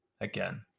again